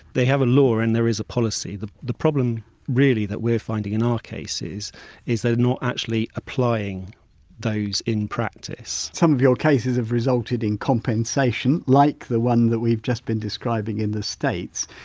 they have a law and there is a policy, the the problem really that we're finding in our cases is they're not actually applying those in practice. whitesome of your cases have resulted in compensation, like the one that we've just been describing in the states.